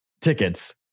tickets